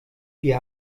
wir